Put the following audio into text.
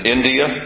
India